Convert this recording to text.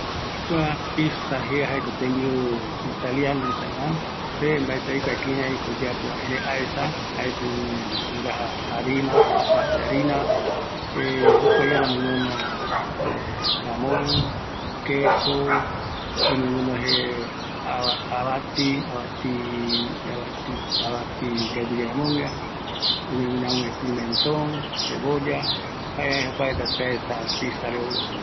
Kua pizza, jaeko tembiu italiana, aesava jaeko masa de harina, gueru, queso, tomate, pimenton, cebolla, avati raingui, jamon jae aesague